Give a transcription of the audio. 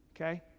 okay